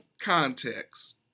context